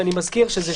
אני אגיד לך יותר מזה,